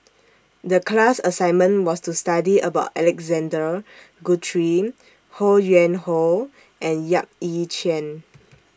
The class assignment was to study about Alexander Guthrie Ho Yuen Hoe and Yap Ee Chian